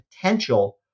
potential